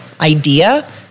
idea